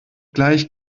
gleich